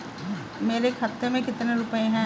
मेरे खाते में कितने रुपये हैं?